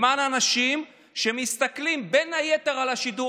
למען האנשים שמסתכלים בין היתר על השידור